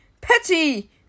Petty